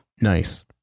Nice